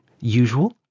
usual